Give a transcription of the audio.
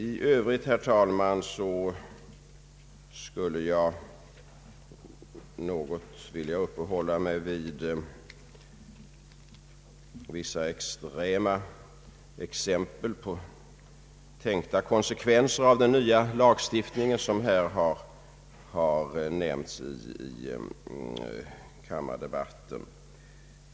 I övrigt, herr talman, skulle jag något vilja uppehålla mig vid vissa extrema exempel på tänkta konsekvenser av den nya lagstiftningen som här har nämnts i kammardebatten.